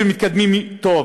ומתקדמים טוב: